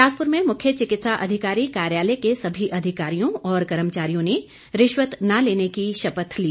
बिलासपुर में मुख्य चिकित्सा अधिकारी कार्यालय के सभी अधिकारियों और कर्मचारियों ने रिश्वत न लेने की शपथ ली